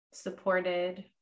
supported